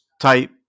type